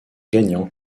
gagnant